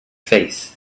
faith